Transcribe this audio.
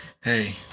hey